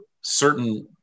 certain